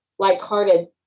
like-hearted